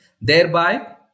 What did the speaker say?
thereby